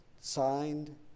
Signed